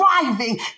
driving